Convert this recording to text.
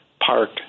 park